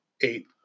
eight